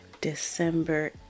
December